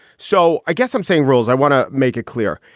so i guess i'm saying rules. i want to make it clear,